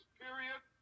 period